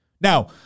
Now